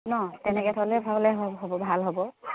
ন তেনেকৈ থ'লে হ'লে ভলে হ'ব ভাল হ'ব